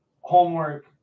homework